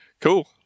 cool